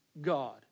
God